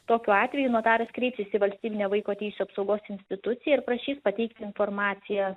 tokiu atveju notaras kreiptis į valstybinę vaiko teisių apsaugos instituciją ir prašys pateikti informaciją